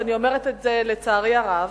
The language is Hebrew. ואני אומרת את זה לצערי הרב,